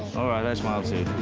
alright i smiled too.